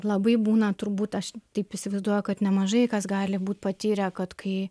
labai būna turbūt aš taip įsivaizduoju kad nemažai kas gali būt patyrę kad kai